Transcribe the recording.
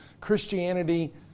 christianity